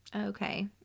okay